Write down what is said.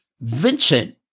Vincent